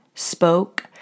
Spoke